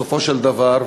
בסופו של דבר,